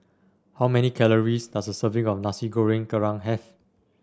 how many calories does a serving of Nasi Goreng Kerang have